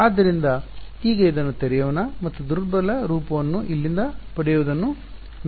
ಆದ್ದರಿಂದ ಈಗ ಇದನ್ನು ತೆರೆಯೋಣ ಮತ್ತು ದುರ್ಬಲ ರೂಪವನ್ನು ಇಲ್ಲಿಂದ ಪಡೆಯುವುದನ್ನು ನೋಡೋಣ